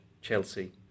Chelsea